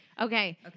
Okay